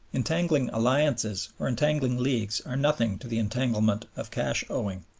entangling alliances or entangling leagues are nothing to the entanglements of cash owing.